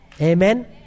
Amen